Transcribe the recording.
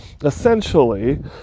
essentially